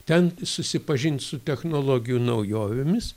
ten susipažint su technologijų naujovėmis